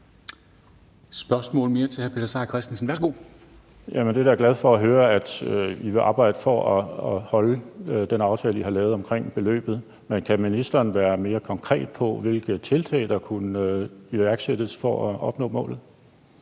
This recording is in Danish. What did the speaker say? Værsgo. Kl. 10:07 Peter Seier Christensen (NB): Jamen jeg er da glad for at høre, at I vil arbejde for at holde den aftale, I har lavet, om beløbet. Men kan ministeren være mere konkret, med hensyn til hvilke tiltag der kunne iværksættes for at opnå målet?